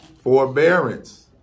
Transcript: Forbearance